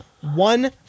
one